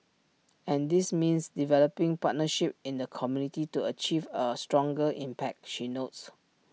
and this means developing partnerships in the community to achieve A stronger impact she notes